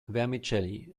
vermicelli